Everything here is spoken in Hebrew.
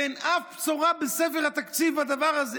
ואין אף בשורה בספר התקציב לדבר הזה.